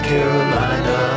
Carolina